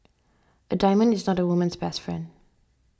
a diamond is not a woman's best friend